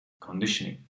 conditioning